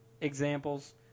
examples